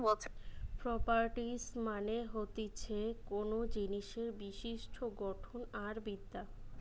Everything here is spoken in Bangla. প্রোপারটিস মানে হতিছে কোনো জিনিসের বিশিষ্ট গঠন আর বিদ্যা